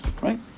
right